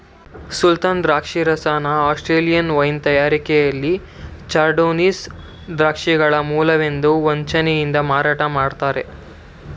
ಸುಲ್ತಾನ ದ್ರಾಕ್ಷರಸನ Australia wine ತಯಾರಿಕೆಲಿ Chardonnay ದ್ರಾಕ್ಷಿಗಳ ಮೂಲವೆಂದು ವಂಚನೆಯಿಂದ ಮಾರಾಟ ಮಾಡ್ತರೆ